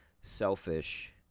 selfish